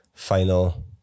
final